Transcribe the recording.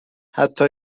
حتی